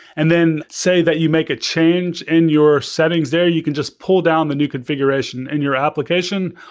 and then say that you make a change in your settings there, you can just pull down the new configuration in your application,